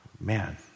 Man